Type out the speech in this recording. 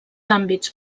àmbits